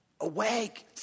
Awake